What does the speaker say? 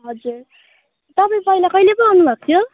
हजुर तपाईँ पहिला कहिले पो आउनुभएको थियो